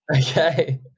Okay